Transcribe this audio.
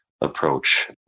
approach